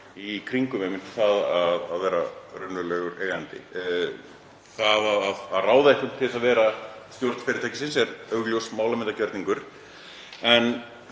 í kringum það að vera raunverulegur eigandi. Það að ráða einhvern til að vera í stjórn fyrirtækisins er augljós málamyndagerningur. En